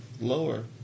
lower